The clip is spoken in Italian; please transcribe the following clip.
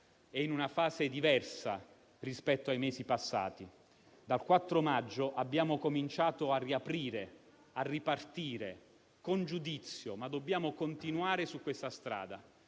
è in una fase diversa rispetto ai mesi passati: dal 4 maggio abbiamo cominciato a riaprire e a ripartire con giudizio, ma dobbiamo continuare su questa strada.